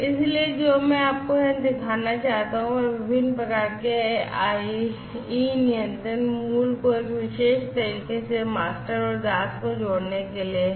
इसलिए जो मैं आपको यहां दिखाना चाहता हूं वह विभिन्न प्रकार के IE नियंत्रण मूल को एक विशेष तरीके से मास्टर और दास को जोड़ने के लिए है